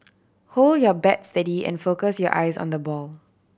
hold your bat steady and focus your eyes on the ball